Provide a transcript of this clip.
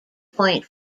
point